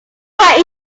project